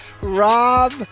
Rob